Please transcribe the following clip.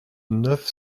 neuf